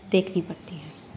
دیکھنی پڑتی ہیں